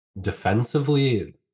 defensively